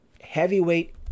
Heavyweight